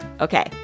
Okay